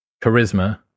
charisma